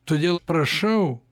todėl prašau